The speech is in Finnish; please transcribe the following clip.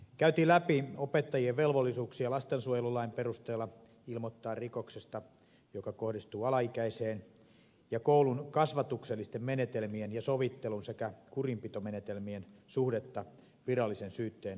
käytiin läpi opettajien velvollisuuksia lastensuojelulain perusteella ilmoittaa rikoksesta joka kohdistuu alaikäiseen ja koulun kasvatuksellisten menetelmien ja sovittelun sekä kurinpitomenetelmien suhdetta virallisen syytteen alaiseen rikokseen